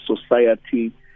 society